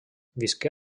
visqué